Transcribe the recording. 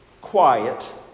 quiet